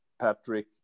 Patrick